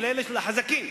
לחזקים,